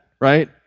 Right